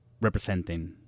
representing